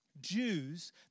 Jews